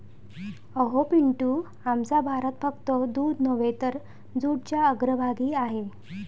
अहो पिंटू, आमचा भारत फक्त दूध नव्हे तर जूटच्या अग्रभागी आहे